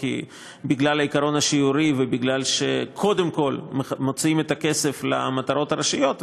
בגלל היתרון השיורי ובגלל שקודם כול מוציאים את הכסף למטרות הראשיות,